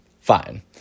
fine